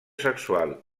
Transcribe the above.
sexual